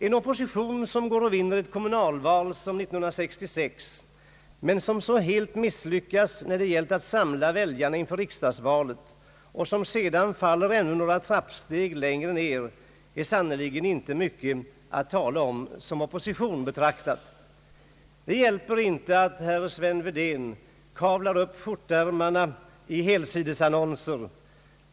En opposition som vinner ett kommunalval — år 1966 — men som så helt misslyckas att samla väljarna inför riksdagsvalet och som sedan faller ännu några trappsteg längre ner, är sannerligen inte mycket att tala om som opposition betraktad. Det hjälper inte att herr Sven Wedén kavlar upp skjortärmarna i helsidesannonser.